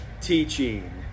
teaching